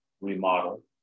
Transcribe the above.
Remodel